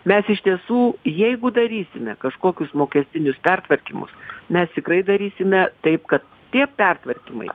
mes iš tiesų jeigu darysime kažkokius mokestinius pertvarkymus mes tikrai darysime taip kad tie pertvarkymai